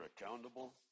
accountable